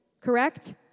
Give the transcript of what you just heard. correct